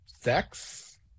sex